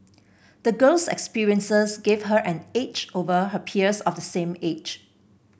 the girl's experiences gave her an edge over her peers of the same age